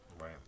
Right